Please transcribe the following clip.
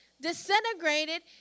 disintegrated